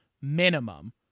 minimum